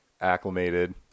acclimated